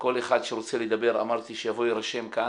כל אחד שרוצה לדבר, אמרתי, שיבוא ויירשם כאן.